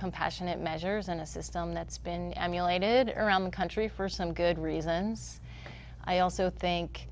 compassionate measures in a system that's been emulated earn around the country for some good reasons i also think